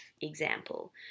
example